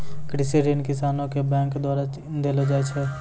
कृषि ऋण किसानो के बैंक द्वारा देलो जाय छै